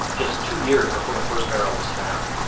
just two years before the first barrel was found.